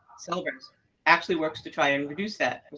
celebrex actually works to try and reduce that,